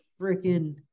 freaking